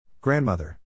Grandmother